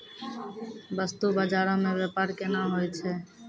बस्तु बजारो मे व्यपार केना होय छै?